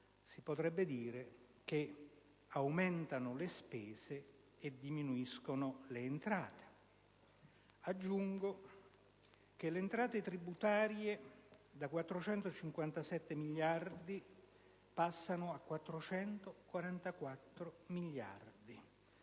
Si potrebbe dire che aumentano le spese e diminuiscono le entrate. Aggiungo che le entrate tributarie passano da circa 457 miliardi